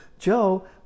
Joe